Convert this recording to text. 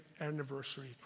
anniversary